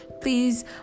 please